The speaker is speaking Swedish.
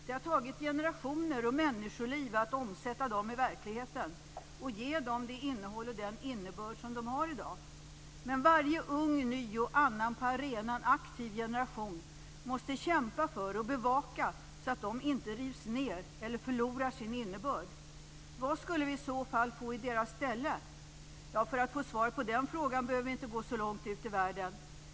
Det har tagit generationer och människoliv att omsätta dem i praktiken och ge dem det innehåll och den innebörd som de har i dag. Men varje ny på arenan aktiv generation måste kämpa för och bevaka att de inte rivs ned eller förlorar sin innebörd. Vad skulle vi i så fall få i deras ställe? För att få svar på den frågan behöver vi inte gå så långt ut i världen.